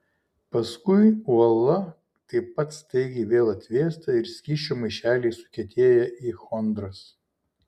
paskui uola taip pat staigiai vėl atvėsta ir skysčio maišeliai sukietėja į chondras